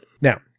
Now